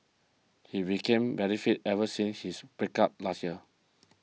he became very fit ever since his breakup last year